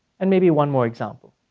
and maybe one more example.